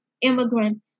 immigrants